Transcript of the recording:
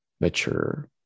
mature